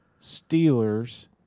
Steelers